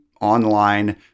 online